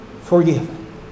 Forgiven